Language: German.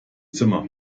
zimmer